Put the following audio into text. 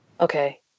Okay